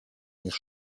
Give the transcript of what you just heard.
niż